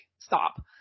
stop